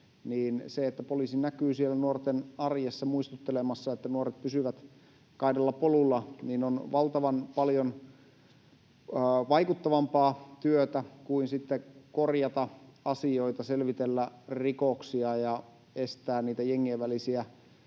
se, että poliisi näkyy siellä nuorten arjessa muistuttelemassa, että nuoret pysyvät kaidalla polulla, on valtavan paljon vaikuttavampaa työtä kuin sitten korjata asioita, selvitellä rikoksia ja estää niitä jengien välisiä